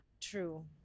True